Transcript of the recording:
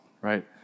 right